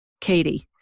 Katie